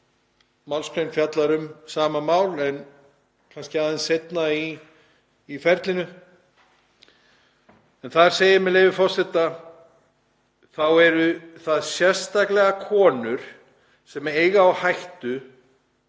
málsgrein fjallar um sama mál en kannski aðeins seinna í ferlinu. Þar segir, með leyfi forseta: „Þá eru það sérstaklega konur sem eiga á hættu